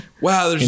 Wow